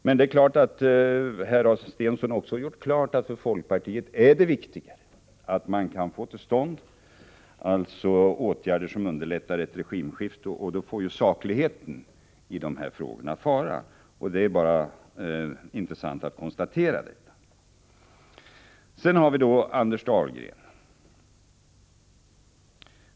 Men även i detta avseende har Stensson gjort klart att det för folkpartiet är viktigare att få till stånd åtgärder som underlättar ett regimskifte. Därmed får sakligheten i de här frågorna ge vika. Det är intressant att konstatera detta. Sedan till Anders Dahlgren.